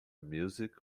music